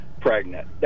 pregnant